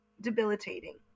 debilitating